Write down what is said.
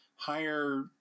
higher